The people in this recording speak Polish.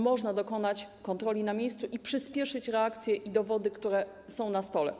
Można dokonać kontroli na miejscu i przyśpieszyć reakcję i dowody, które są na stole.